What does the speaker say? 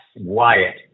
Wyatt